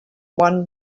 one